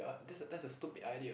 that's that's a stupid idea